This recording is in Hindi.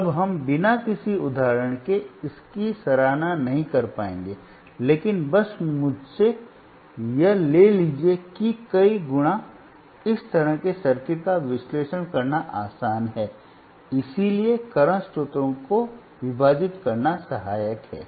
अब हम बिना किसी उदाहरण के इसकी सराहना नहीं कर पाएंगे लेकिन बस मुझसे यह ले लीजिए कि कई × इस तरह के सर्किट का विश्लेषण करना आसान है इसलिए करंट स्रोतों को विभाजित करना सहायक है